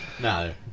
No